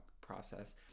process